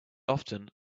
often